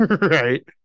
Right